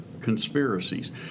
conspiracies